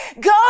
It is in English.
Go